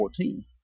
14